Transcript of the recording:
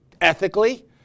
ethically